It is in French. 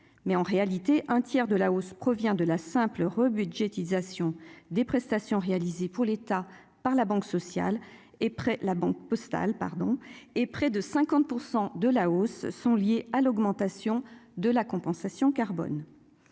mais en réalité, un tiers de la hausse provient de la simple rebudgétisation des prestations réalisées pour l'État par la banque sociale et près la Banque Postale, pardon, et près de 50 % de la hausse sont liés à l'augmentation de la compensation carbone,